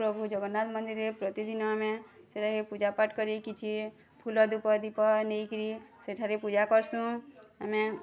ପ୍ରଭୁ ଜଗନ୍ନାଥ ମନ୍ଦିର୍ରେ ପ୍ରତି ଦିନ ଆମେ ସେଟାକେ ପୂଜାପାଠ୍ କରି କିଛି ଫୁଲ ଧୂପ ଦୀପ ନେଇ କିରି ସେଠାରେ ପୂଜା କର୍ସୁଁ ଆମେ